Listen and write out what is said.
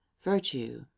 virtue